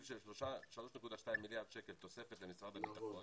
של 3.2 מיליארד שקל תוספת למשרד הביטחון